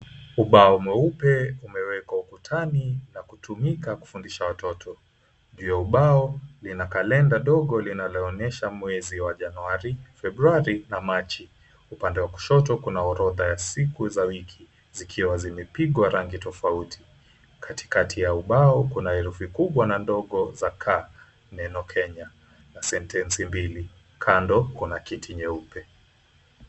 Ubao mweupe umewekwa ukutani na kutumika kufundisha watoto hilo bao lina kalenda ndogo linaloonyesha mwezi wa Januari, Februari na Machi upande wa kushoto kuna orodha ya siku za wiki zikiwa zimepigwa rangi tofauti katikati ya bao kuna herufi kubwa na ndogo za ka neno Kenya na sentensi mbili, kando kuna kiti nyeupe.